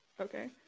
Okay